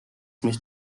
mis